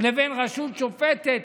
לבין רשות שופטת.